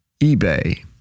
eBay